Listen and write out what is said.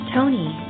Tony